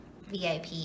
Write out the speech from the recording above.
VIP